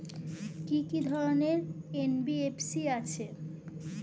কি কি ধরনের এন.বি.এফ.সি আছে?